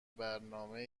برنامه